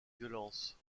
violence